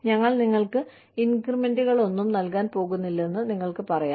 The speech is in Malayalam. ഞങ്ങൾ നിങ്ങൾക്ക് ഇൻക്രിമെന്റുകളൊന്നും നൽകാൻ പോകുന്നില്ലെന്ന് നിങ്ങൾക്ക് പറയാം